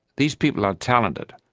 these people are talented,